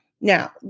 Now